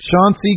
Chauncey